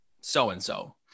so-and-so